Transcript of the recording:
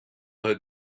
had